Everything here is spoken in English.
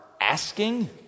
asking